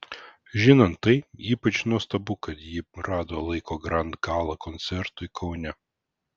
žinant tai ypač nuostabu kad ji rado laiko grand gala koncertui kaune